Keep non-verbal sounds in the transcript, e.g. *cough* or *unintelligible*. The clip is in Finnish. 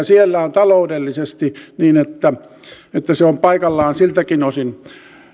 *unintelligible* siellä on taloudellisesti niin että se on paikallaan siltäkin osin